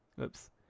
oops